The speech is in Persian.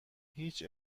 هیچ